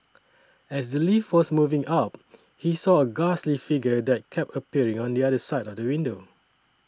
as the lift was moving up he saw a ghastly figure that kept appearing on the other side of the window